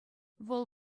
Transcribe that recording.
вӑл